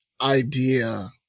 idea